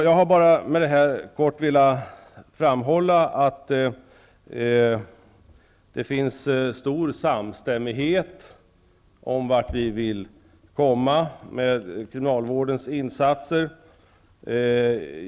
Jag har med detta bara kort velat framhålla att det finns stor samstämmighet om vart vi vill komma med kriminalvårdens insatser.